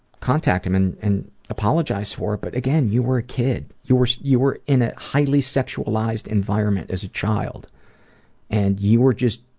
contact him and and apologize for it but again you were kid. you were you were in a highly sexualized environment as a child and you were just